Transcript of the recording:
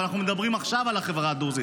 אבל עכשיו אנחנו מדברים על החברה הדרוזית,